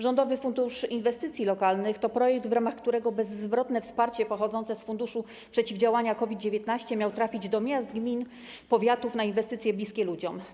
Rządowy Fundusz Inwestycji Lokalnych to projekt, w ramach którego bezzwrotne wsparcie pochodzące z funduszu przeciwdziałania COVID-19 miało trafić do miast, gmin, powiatów na inwestycje bliskie ludziom.